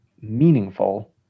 meaningful